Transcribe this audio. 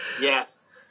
Yes